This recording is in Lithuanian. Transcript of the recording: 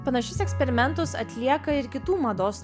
panašius eksperimentus atlieka ir kitų mados